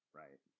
right